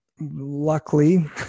luckily